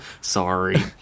Sorry